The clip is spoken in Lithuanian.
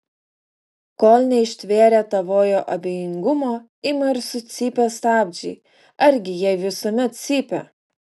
kol neištvėrę tavojo abejingumo ima ir sucypia stabdžiai argi jie visuomet cypia